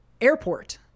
airport